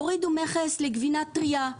הורידו מכס לגבינה טרייה.